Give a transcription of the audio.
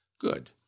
Good